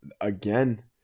Again